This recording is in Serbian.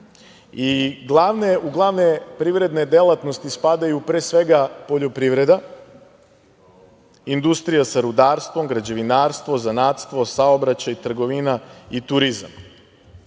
glavne privredne delatnosti spadaju, pre svega poljoprivreda, industrija sa rudarstvom, građevinarstvo, zanatstvo, saobraćaj, trgovina i turizam.